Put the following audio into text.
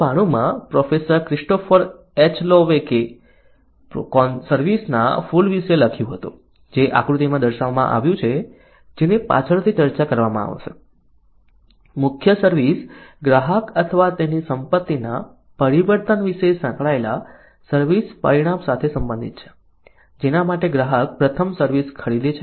1992 માં professor Christopher એચલોવેલોકે service ના ફૂલ વિશે લખ્યું હતું જે આકૃતિમાં દર્શાવવામાં આવ્યું છે જેની પાછળથી ચર્ચા કરવામાં આવશે મુખ્ય સર્વિસ ગ્રાહક અથવા તેની સંપત્તિના પરિવર્તન સાથે સંકળાયેલા સર્વિસ પરિણામ સાથે સંબંધિત છે જેના માટે ગ્રાહક પ્રથમ સર્વિસ ખરીદે છે